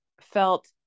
felt